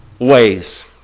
ways